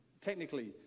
technically